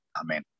Amen